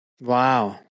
Wow